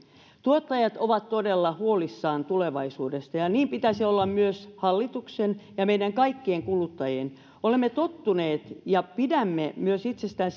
tuottajat ovat todella huolissaan tulevaisuudesta ja ja niin pitäisi olla myös hallituksen ja meidän kaikkien kuluttajien olemme tottuneet ja pidämme myös itsestään